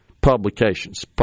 publications